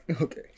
Okay